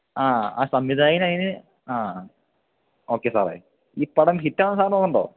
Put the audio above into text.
ആ അ സംവിധായകന് അതിന് ആ ഓക്കെ സാറേ ഈ പടം ഹിറ്റാകുമെന്ന് സാറിന് തോന്നുന്നുണ്ടോ